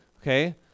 Okay